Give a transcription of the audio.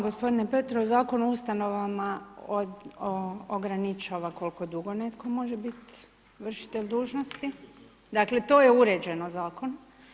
Gospodine Petrov Zakon o ustanovama ograničava koliko dugo netko može biti vršitelj dužnosti, dakle to je uređeno zakonom.